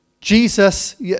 Jesus